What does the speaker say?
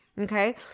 okay